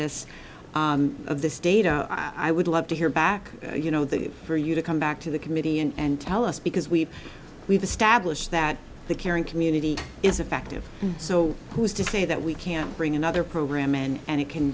this of this data i would love to hear back you know that for you to come back to the committee and tell us because we've we've established that the caring community is effective so who's to say that we can bring another program and it can